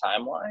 timeline